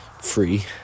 free